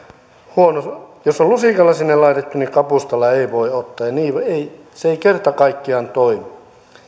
on huono jos on lusikalla sinne laitettu niin kapustalla ei voi ottaa se ei kerta kaikkiaan toimi